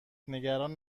نگران